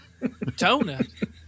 Donut